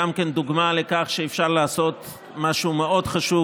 וזאת גם דוגמה לכך שאפשר לעשות משהו חשוב